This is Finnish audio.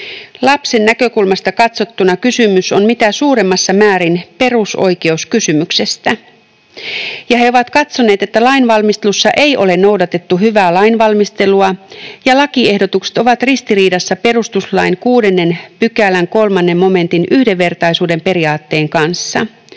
Lapsen näkökulmasta katsottuna kysymys on mitä suurimmassa määrin perusoikeuskysymyksestä, ja he ovat katsoneet, että lainvalmistelu ei ole ollut hyvää ja lakiehdotukset ovat ristiriidassa perustuslain 6 §:n 3 momentin yhdenvertaisuuden periaatteen kanssa.